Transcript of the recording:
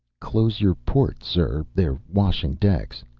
close your port, sir they are washing decks.